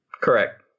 Correct